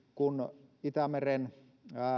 kun itämeren